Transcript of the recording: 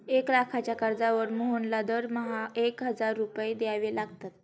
एक लाखाच्या कर्जावर मोहनला दरमहा एक हजार रुपये द्यावे लागतात